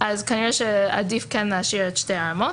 כנראה שעדיף כן להשאיר את שתי האופציות.